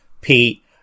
Pete